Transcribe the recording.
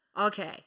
Okay